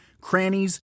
crannies